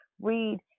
read